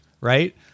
right